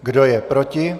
Kdo je proti?